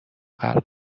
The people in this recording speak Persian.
غرق